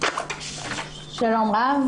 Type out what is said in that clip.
שלום רב,